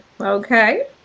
Okay